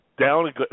down